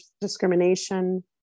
discrimination